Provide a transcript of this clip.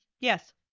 Yes